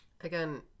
Again